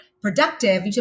productive